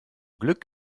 glück